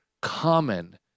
common